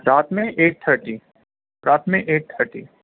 رات میں eight thirty رات میں ایٹ ٹھرٹی